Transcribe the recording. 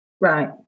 Right